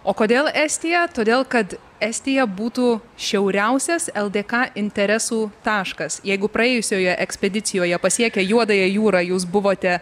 o kodėl estiją todėl kad estija būtų šiauriausias ldk interesų taškas jeigu praėjusioje ekspedicijoje pasiekę juodąją jūrą jūs buvote